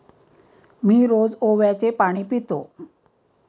मी रोज ओव्याचे पाणी पितो